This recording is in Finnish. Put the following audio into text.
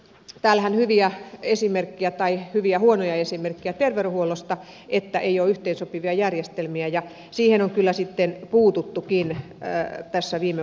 täällähän on hyviä esimerkkejä tai hyviä huonoja esimerkkejä terveydenhuollosta että ei ole yhteensopivia järjestelmiä ja siihen on kyllä sitten puututtukin tässä viime vuosina